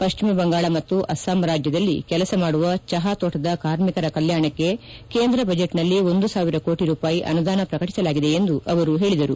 ಪಶ್ಚಿಮ ಬಂಗಾಳ ಮತ್ತು ಅಸ್ತಾಂ ರಾಜ್ಯದಲ್ಲಿ ಕೆಲಸ ಮಾಡುವ ಜಪಾ ತೋಟದ ಕಾರ್ಮಿಕರ ಕಲ್ನಾಣಕ್ಕೆ ಕೇಂದ್ರ ಬಜೆಚ್ನಲ್ಲಿ ಒಂದು ಸಾವಿರ ಕೋಟಿ ರೂಪಾಯ ಅನುದಾನ ಪ್ರಕಟಸಲಾಗಿದೆ ಎಂದು ಅವರು ಹೇಳಿದರು